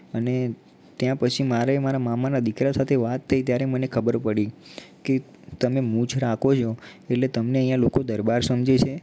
અને ત્યાં પછી મારે મારા મામાનાં દીકરા સાથે વાત થઈ ત્યારે મને ખબર પડી કે તમે મૂછ રાખો છો એટલે તમને અહીંયા લોકો દરબાર સમજે છે